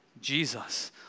Jesus